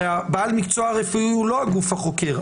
הרי בעל המקצוע הרפואי הוא לא הגוף החוקר.